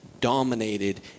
dominated